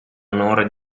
onore